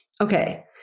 okay